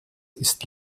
ist